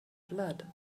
blood